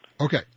Okay